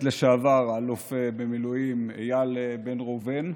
לשעבר אלוף במילואים איל בן ראובן,